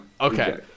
okay